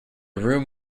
room